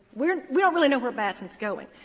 we're we don't really know where batson is going.